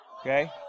okay